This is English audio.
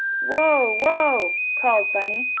whoa! whoa! called bunny.